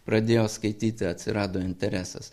pradėjo skaityti atsirado interesas